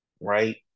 right